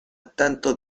tantos